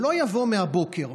הוא לא יבוא מהבוקר.